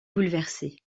bouleversé